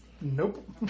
Nope